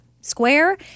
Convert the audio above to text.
square